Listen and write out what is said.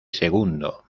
segundo